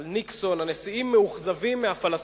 על ניקסון, על נשיאים מאוכזבים מהפלסטינים.